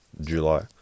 July